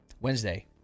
Wednesday